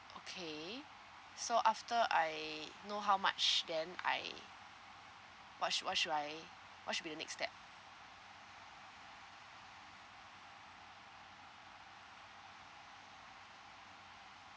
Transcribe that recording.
okay so after I know how much then I what s~ what should I what should be the next step